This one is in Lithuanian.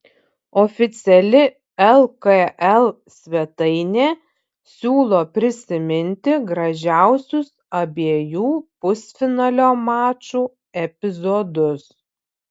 oficiali lkl svetainė siūlo prisiminti gražiausius abiejų pusfinalio mačų epizodus